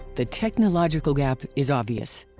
the technological gap is obvious.